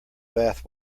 bath